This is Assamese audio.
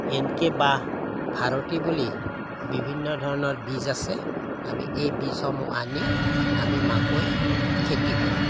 এন কে বা ভাৰতী বুলি বিভিন্ন ধৰণৰ বীজ আছে আমি এই বীজসমূহ আনি আমি মাকৈ খেতি কৰোঁ